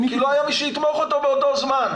כי לא היה מי שיתמוך אותו באותו זמן.